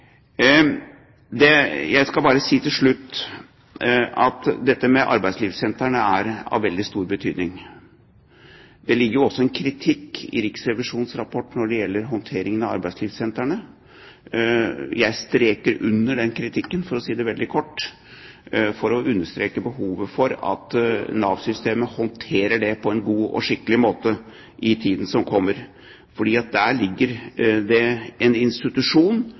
ledelsen. Jeg vil til slutt bare si at dette med arbeidslivssentrene er av veldig stor betydning. Det ligger jo også en kritikk i Riksrevisjonens rapport når det gjelder håndteringen av arbeidslivssentrene. Jeg streker under den kritikken. For å si det veldig kort, jeg understreker behovet for at Nav-systemet håndterer det på en god og skikkelig måte i tiden som kommer, for dette er en institusjon